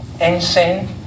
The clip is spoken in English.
insane